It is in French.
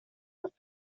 jouit